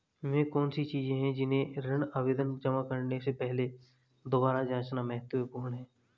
वे कौन सी चीजें हैं जिन्हें ऋण आवेदन जमा करने से पहले दोबारा जांचना महत्वपूर्ण है?